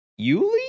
Yuli